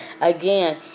Again